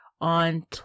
on